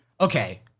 okay